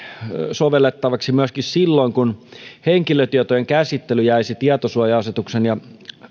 sovellettavaksi myöskin silloin kun henkilötietojen käsittely jäisi tietosuoja asetuksen ja